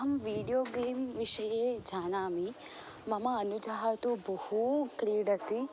अहं video game विषये जानामि मम अनुजः तु बहु क्रीडति